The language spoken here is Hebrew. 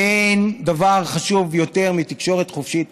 ואין דבר חשוב יותר מתקשורת חופשית,